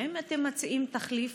האם אתם מציעים תחליף